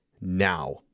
now